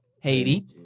Haiti